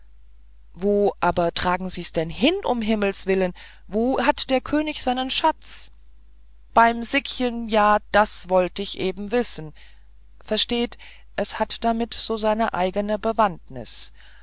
wo aber tragen sie's denn hin ums himmels willen wo hat der könig seinen schatz beim sixchen ja das sollt ich eben wissen versteht es hat damit so seine eigene bewandtnis